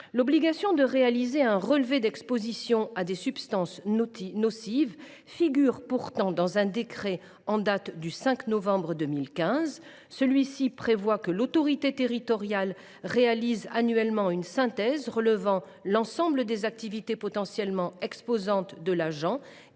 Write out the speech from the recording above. L’obligation de réaliser un relevé d’exposition à des substances nocives figure pourtant dans un décret du 5 novembre 2015. Celui ci prévoit que l’autorité territoriale réalise annuellement une synthèse relevant l’ensemble des activités potentiellement exposantes de l’agent